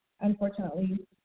unfortunately